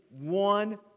one